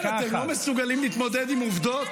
חבר'ה, אתם לא מסוגלים להתמודד עם עובדות?